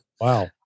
Wow